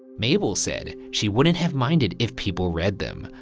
mabel said she wouldn't have minded if people read them,